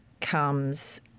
comes